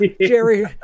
jerry